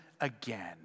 again